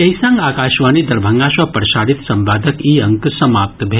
एहि संग आकाशवाणी दरभंगा सँ प्रसारित संवादक ई अंक समाप्त भेल